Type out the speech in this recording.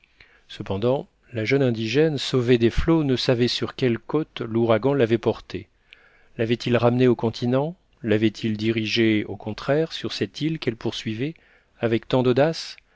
cependant la jeune indigène sauvée des flots ne savait sur quelle côte l'ouragan l'avait portée l'avait-il ramenée au continent l'avait-il dirigée au contraire sur cette île qu'elle poursuivait avec tant d'audace